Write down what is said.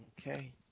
okay